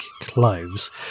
cloves